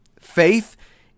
Faith